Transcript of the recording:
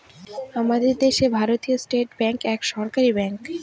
আমাদের দেশে ভারতীয় স্টেট ব্যাঙ্ক এক সরকারি ব্যাঙ্ক